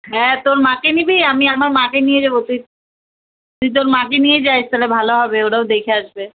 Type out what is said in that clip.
হ্যাঁ তোর মাকে নিবি আমি আমার মাকে নিয়ে যাবো তুই তুই তোর মাকে নিয়ে যাস তাহলে ভালো হবে ওরাও দেখে আসবে